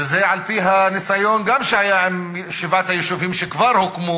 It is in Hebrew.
וזה על-פי הניסיון שהיה עם שבעת היישובים שכבר הוקמו